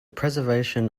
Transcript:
preservation